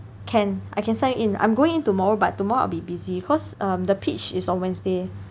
can I can sign in I'm going in tomorrow but tomorrow I'll be busy cause um the pitch is on Wednesday